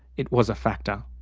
it was a factor.